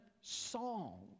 song